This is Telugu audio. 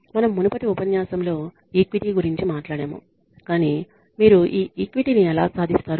మనం మునుపటి ఉపన్యాసంలో ఈక్విటీ గురించి మాట్లాడాము కానీ మీరు ఈ ఈక్విటీ ని ఎలా సాధిస్తారు